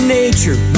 nature